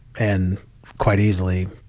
and quite easily